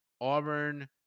Auburn